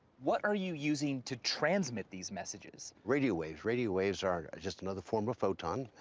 what are you using to transmit these messages? radio waves. radio waves are just another form of photon.